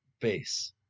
base